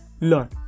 learn